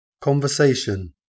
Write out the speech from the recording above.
Conversation